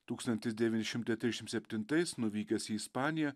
tūkstantis devyni šimtai trisdešimt septintais nuvykęs į ispaniją